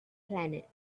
planet